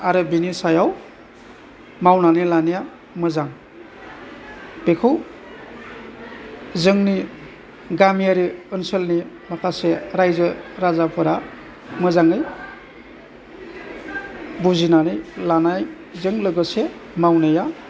बिनि सायाव मावनानै लानाया मोजां बेखौ जोंनि गामियारि ओनसोलनि माखासे रायजो राजाफोरा मोजाङै बुजिनानै लानायजों लोगोसे मावनाया